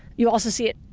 you also see it,